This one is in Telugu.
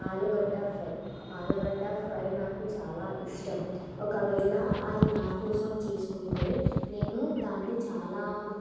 ఆలుగడ్డ ఫ్రై ఆలుగడ్డ ఫ్రై నాకు చాలా ఇష్టం ఒకవేళ అది నా కోసం చేసుకుంటే నేను దాన్ని చాలా